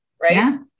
Right